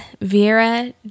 Vera